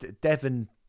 devon